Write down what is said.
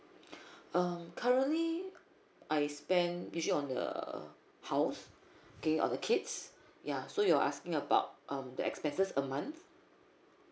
um currently I spend usually on the house okay on the kids ya so you're asking about um the expenses a month